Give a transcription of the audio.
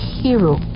hero